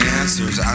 answers